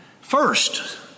First